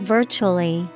Virtually